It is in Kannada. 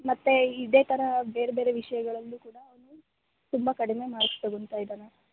ಮತ್ತು ಇದೇ ಥರ ಬೇರೆ ಬೇರೆ ವಿಷಯಗಳಲ್ಲೂ ಕೂಡ ಅವನು ತುಂಬ ಕಡಿಮೆ ಮಾರ್ಕ್ಸ್ ತಗೊಳ್ತ ಇದ್ದಾನೆ